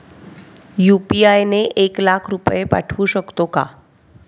UPI ने एक लाख रुपये पाठवू शकतो का?